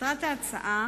מטרת ההצעה